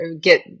get